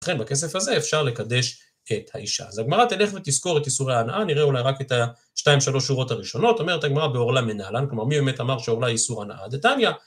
ולכן בכסף הזה אפשר לקדש את האישה. אז הגמרא תלך ותסקור את איסורי הנאה, נראה אולי רק את ה-2-3 שורות הראשונות. אומרת הגמרא בערלה מנלן, כלומר, מי באמת אמר שערלה איסור הנאה? דתניא.